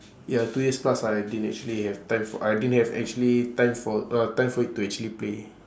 ya two years plus I didn't actually have time for I didn't have actually time for uh time for it to actually play